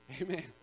Amen